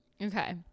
Okay